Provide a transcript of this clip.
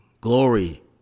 Glory